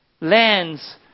lands